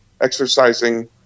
exercising